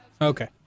Okay